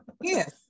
yes